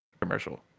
commercial